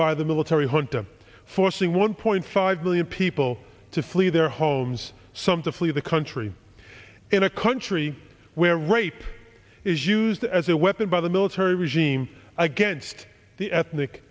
by the military junta forcing one point five million people to flee their homes some to flee the country in a country where rape is used as a weapon by the military regime against the ethnic